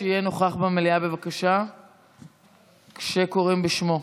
שיהיה נוכח במליאה בבקשה כשקוראים בשמו.